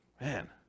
man